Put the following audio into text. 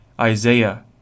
Isaiah